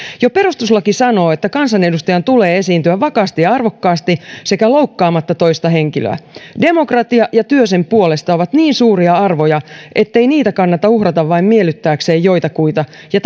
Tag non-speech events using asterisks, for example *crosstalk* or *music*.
jo perustuslaki sanoo että kansanedustajan tulee esiintyä vakaasti ja arvokkaasti sekä loukkaamatta toista henkilöä demokratia ja työ sen puolesta ovat niin suuria arvoja ettei niitä kannata uhrata vain miellyttääkseen joitakuita ja *unintelligible*